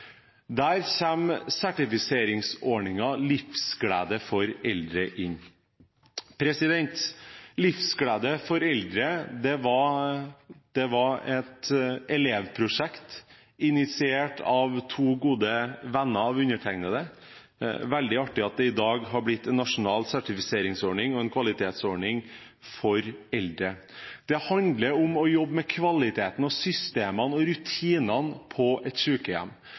Der kommer sertifiseringsordningen Livsglede for Eldre inn. Livsglede for Eldre var et elevprosjekt initiert av to gode venner av undertegnede. Det er veldig artig at det i dag har blitt en nasjonal sertifiseringsordning og en kvalitetsordning for eldre. Det handler om å jobbe med kvaliteten, systemene og rutinene på et sykehjem.